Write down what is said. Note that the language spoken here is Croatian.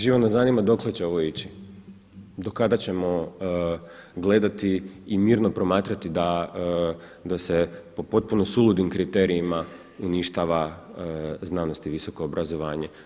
Živo me zanima dokle će ovo ići, do kada ćemo gledati i mirno promatrati da se po potpuno suludim kriterijima uništava znanost i visoko obrazovanje.